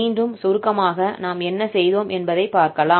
மீண்டும் சுருக்கமாக நாம் என்ன செய்தோம் என்பதை பார்க்கலாம்